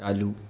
चालू